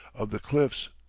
of the cliffs,